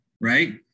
right